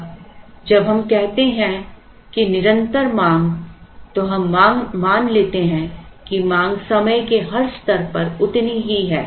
अब जब हम कहते हैं कि निरंतर मांग तो हम मान लेते हैं कि मांग समय के हर स्तर पर उतनी ही है